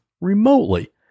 remotely